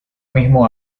mismo